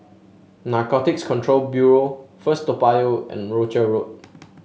Narcotics Control Bureau First Toa Payoh and Rochor Road